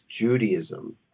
Judaism